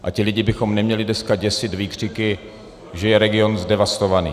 A ty lidi bychom neměli dneska děsit výkřiky, že je region zdevastovaný.